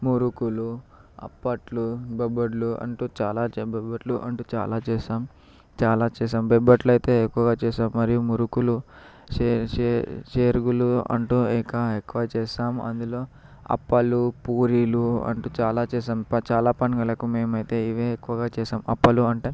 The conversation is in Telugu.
మురుకులు అప్పట్లు బొప్పట్లు అంటూ చాలా బొప్పట్లు అంటూ చాలా చేశాం చాలా చేశా బొప్పట్లు అయితే చాలా ఎక్కువగా చేసాం మరియు మురుకులు సె సె సెరుగులు అంటూ ఇంకా ఎక్కువ చేస్తాం అందులో అప్పాలు పూరీలు అంటూ చాలా చేశాం పచ్చళ్లకు మేమైతే ఇవే ఎక్కువగా చేశాం అప్పలు అప్పలు అంటే